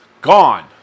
gone